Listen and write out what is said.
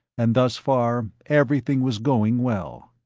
and thus far everything was going well.